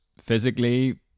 physically